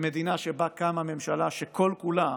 במדינה שבה קמה ממשלה שכל כולה